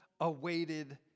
awaited